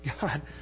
God